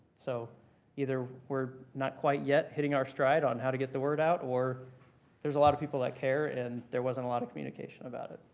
so either we're not quite yet hitting our stride on how to get the word out or there's a lot of people that care and there wasn't a lot of communication about it.